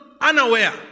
unaware